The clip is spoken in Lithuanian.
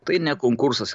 tai ne konkursas